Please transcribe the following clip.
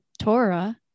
Torah